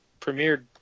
premiered